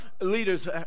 leaders